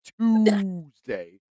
Tuesday